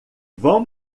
vão